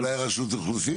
אני מרשות הבדואים.